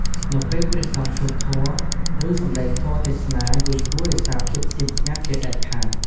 នៅពេលព្រះសង្ឃសូត្រធម៌ ឬសម្តែងធម៌ទេសនា យើងគួររក្សាភាពស្ងៀមស្ងាត់ជាដាច់ខាត។